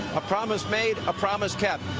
a promise made, a promise kept.